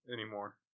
anymore